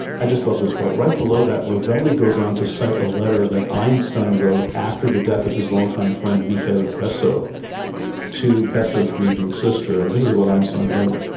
i just love this part, right below that rovelli goes on to cite a letter that einstein wrote after the death of his longtime friend michele besso to besso's grieving sister, and this is what einstein wrote.